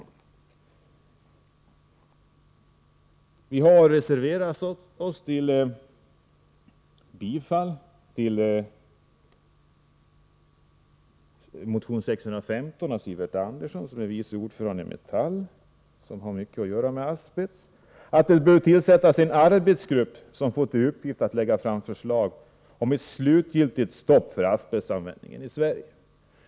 Vi i vpk har reserverat oss för bifall till motion 1615 av Sivert Andersson, som är vice ordförande i Metall. Inom Metall känner man väl till asbest. Motionären föreslår att det bör tillsättas en arbetsgrupp som får till uppgift att lägga fram förslag om ett slutgiltigt stopp för asbestanvändningen i Sverige.